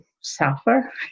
suffer